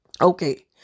Okay